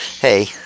hey